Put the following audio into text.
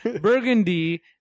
Burgundy